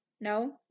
No